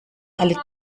alle